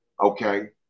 Okay